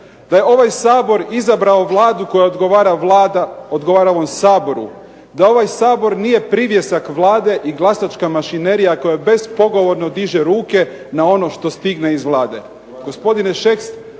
da je ovaj Sabor izabrao Vladu koja odgovara ovom Saboru. Da ovaj Sabor nije privjesak Vlade i glasačka mašinerija koja bespogovorno diže ruke na ono što stigne iz Vlade.